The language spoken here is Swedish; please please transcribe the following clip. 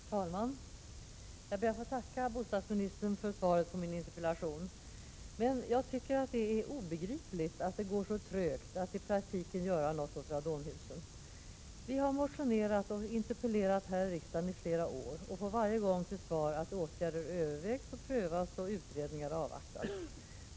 Herr talman! Jag ber att få tacka bostadsministern för svaret på min interpellation, men jag tycker att det är obegripligt att det går så trögt att i praktiken göra något åt radonhusen. Vi har motionerat och interpellerat här i riksdagen i flera år och får varje gång till svar att åtgärder övervägs och prövas och utredningar avvaktas.